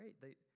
great